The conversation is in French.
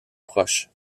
proche